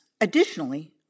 Additionally